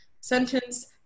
sentence